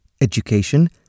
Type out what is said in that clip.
education